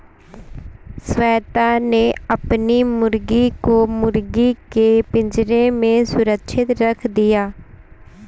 श्वेता ने अपनी मुर्गी को मुर्गी के पिंजरे में सुरक्षित रख दिया